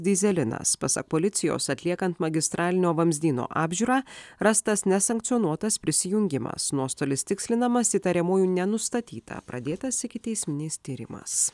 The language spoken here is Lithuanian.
dyzelinas pasak policijos atliekant magistralinio vamzdyno apžiūrą rastas nesankcionuotas prisijungimas nuostolis tikslinamas įtariamųjų nenustatyta pradėtas ikiteisminis tyrimas